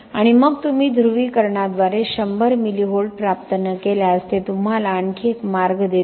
आणि मग तुम्ही ध्रुवीकरणाद्वारे 100 मिली व्होल्ट प्राप्त न केल्यास ते तुम्हाला आणखी एक मार्ग देतात